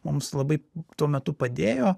mums labai tuo metu padėjo